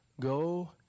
Go